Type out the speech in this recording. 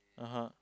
(uh huh)